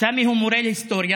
סמי הוא מורה להיסטוריה.